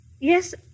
Yes